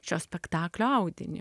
šio spektaklio audinį